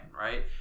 Right